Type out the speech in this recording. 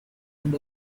and